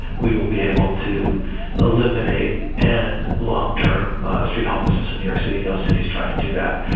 we will be able to eliminate and long term street homelessness in your city. those cities tried to do that.